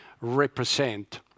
represent